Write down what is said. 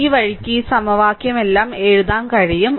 ഈ വഴിക്ക് ഈ സമവാക്യമെല്ലാം എഴുതാൻ കഴിയും